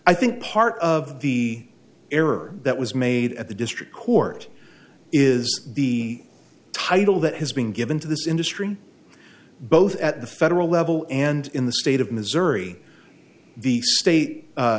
i think part of the error that was made at the district court is the title that has been given to this industry both at the federal level and in the state of missouri the state